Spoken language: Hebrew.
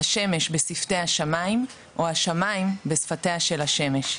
השמש בשפתי השמיים או השמיים בשפתיה של השמש.